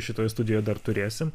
šitoj studijoj dar turėsim